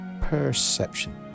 Perception